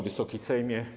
Wysoki Sejmie!